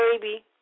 baby